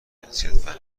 جنسیت